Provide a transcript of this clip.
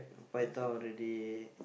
Paitao already